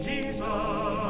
Jesus